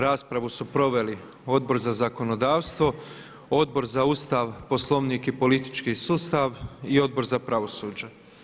Raspravu su proveli Odbor za zakonodavstvo, Odbor za Ustav, Poslovnik i politički sustav i Odbor za pravosuđe.